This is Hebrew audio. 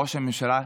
ראש הממשלה,